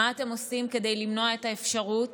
מה אתם עושים כדי למנוע את האפשרות